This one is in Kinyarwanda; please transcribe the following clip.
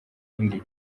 indi